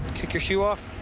kick your shoe off.